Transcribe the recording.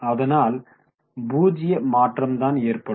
அதனால் பூஜ்ஜிய மாற்றம் தான் ஏற்படும்